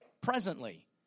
presently